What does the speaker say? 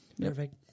Perfect